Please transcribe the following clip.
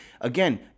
again